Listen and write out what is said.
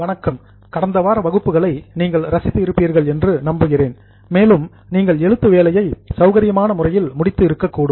வணக்கம் கடந்த வார வகுப்புகளை நீங்கள் ரசித்து இருப்பீர்கள் என்று நம்புகிறேன் மேலும் நீங்கள் எழுத்து வேலையை சௌகரியமான முறையில் முடித்து இருக்கக்கூடும்